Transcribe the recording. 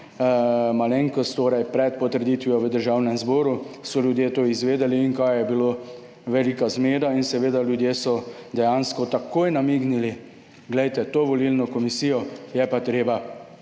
Malenkost, torej pred potrditvijo v Državnem zboru so ljudje to izvedeli in kaj je bilo, velika zmeda in seveda ljudje so dejansko takoj namignili, glejte, to volilno komisijo je pa treba